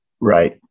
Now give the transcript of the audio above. Right